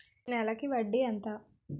నెలకి వడ్డీ ఎంత?